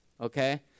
okay